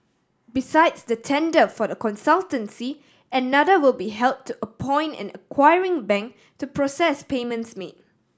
besides the tender for the consultancy another will be held to appoint an acquiring bank to process payments made